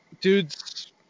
dudes